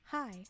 Hi